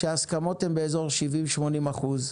ההסכמות הן באזור 80-70 אחוז.